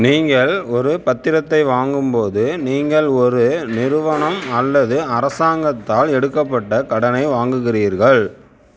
நீங்கள் ஒரு பத்திரத்தை வாங்கும்போது நீங்கள் ஒரு நிறுவனம் அல்லது அரசாங்கத்தால் எடுக்கப்பட்ட கடனை வாங்குகிறீர்கள்